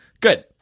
Good